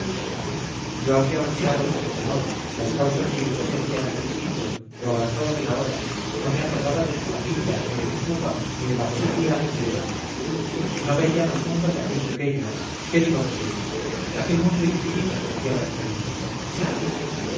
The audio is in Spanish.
yo había olvidado todo temor las causas de mi presencia en aquel sitio lo avanzado de la hora no me acordaba de su familia ni de mi fuga ni de la policía ni de nada no veía más mundo que aquel pequeño qué digo pequeño aquel mundo infinito que mediaba entre nuestros ojos